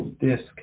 disk